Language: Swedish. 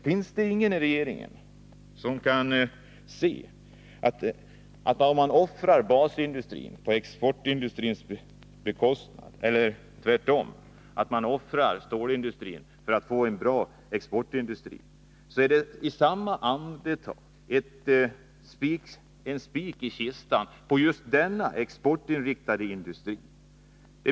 Finns det ingen i regeringen som inser att man inte kan offra stålindustrin för att få en bra exportindustri? I samma andetag som vi försöker rädda exportindustrin på detta vis sätter vi ju därmed en spik i kistan på exportindustrin.